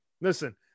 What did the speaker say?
listen